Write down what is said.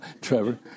Trevor